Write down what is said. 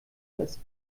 dass